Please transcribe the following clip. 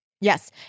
Yes